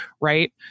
right